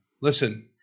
Listen